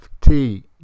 FT